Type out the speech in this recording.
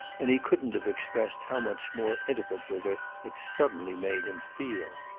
and he couldn't have expressed how much more intimate with her it suddenly made him feel.